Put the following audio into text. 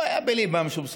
ולא היה בליבם שום ספק.